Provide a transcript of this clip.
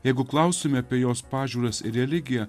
jeigu klaustume apie jos pažiūras ir religiją